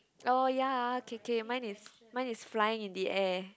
oh ya k k mine is mine is flying in the air